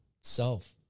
self